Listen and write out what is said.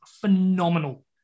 phenomenal